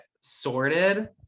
sorted